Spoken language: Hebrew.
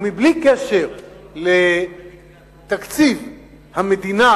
ובלי קשר לתקציב המדינה,